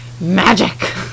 Magic